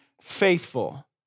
faithful